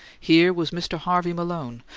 here was mr. harvey malone,